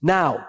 Now